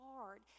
hard